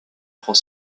prend